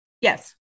yes